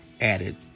added